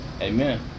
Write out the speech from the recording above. amen